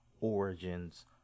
origins